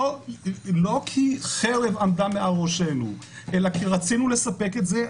לא כי חרב עמדה מעל ראשנו אלא כי רצינו לספק את זה,